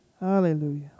Hallelujah